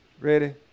Ready